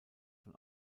von